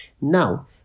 now